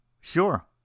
Sure